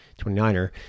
29er